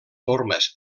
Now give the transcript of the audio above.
formes